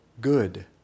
good